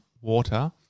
water